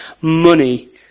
money